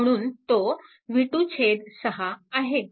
म्हणून तो v26 आहे